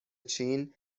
چین